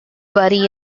body